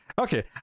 okay